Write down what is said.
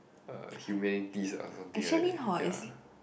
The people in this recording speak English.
uh Humanities ah or something like that ya